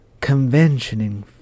conventioning